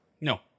No